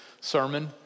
sermon